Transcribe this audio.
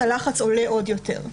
הלחץ עולה עוד יותר.